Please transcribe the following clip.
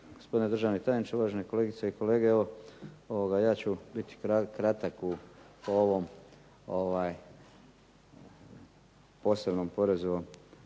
gospodine državni tajniče, uvažene kolegice i kolege. Evo ja ću biti kratak u ovom posebnom porezu